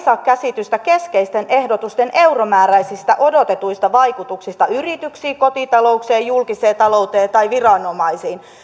saa käsitystä keskeisten ehdotusten euromääräisistä odotetuista vaikutuksista yrityksiin kotitalouksiin julkiseen talouteen tai viranomaisiin